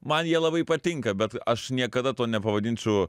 man jie labai patinka bet aš niekada to nepavadinčiau